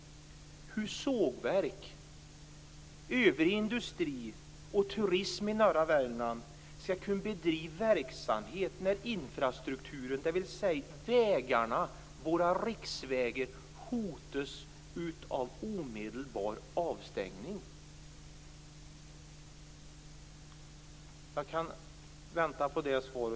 Jag väntar på det svaret och återkommer senare.